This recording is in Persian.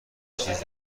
چیزی